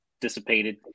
dissipated